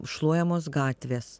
šluojamos gatvės